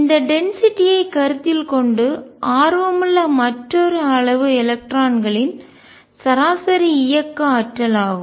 அந்த டென்சிட்டி ஐ அடர்த்தியை கருத்தில் கொண்டு ஆர்வமுள்ள மற்றொரு அளவு எலக்ட்ரான்களின் சராசரி இயக்க ஆற்றல் ஆகும்